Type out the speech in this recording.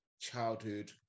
childhood